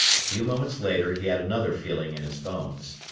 a few moments later he had another feeling in his bones.